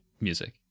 music